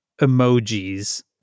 emojis